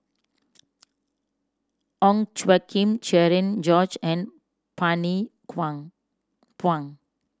Ong Tjoe Kim Cherian George and Bani Buang